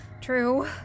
True